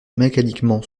mécaniquement